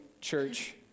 church